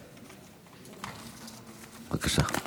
בבקשה.